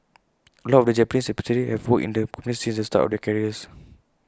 A lot of the Japanese expatriates have worked in the company since the start of their careers